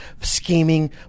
scheming